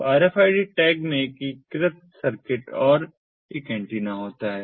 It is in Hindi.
तो RFID टैग में एकीकृत सर्किट और एक एंटीना होता है